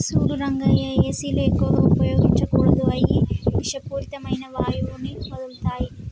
సూడు రంగయ్య ఏసీలు ఎక్కువగా ఉపయోగించకూడదు అయ్యి ఇషపూరితమైన వాయువుని వదులుతాయి